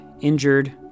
injured